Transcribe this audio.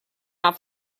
off